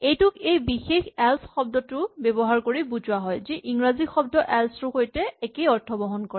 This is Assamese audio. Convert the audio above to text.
এইটোক এই বিশেষ এল্চ শব্দটো ব্যৱহাৰ কৰি বুজোৱা হয় যি ইংৰাজী শব্দ এল্চ টোৰ সৈতে একেই অৰ্থ বহন কৰে